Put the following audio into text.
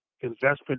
investment